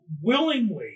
willingly